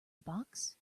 box